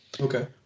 Okay